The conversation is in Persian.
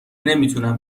نمیتونم